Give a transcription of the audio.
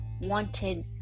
wanted